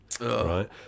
right